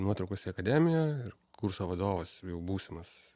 nuotraukas į akademiją ir kurso vadovas jau būsimas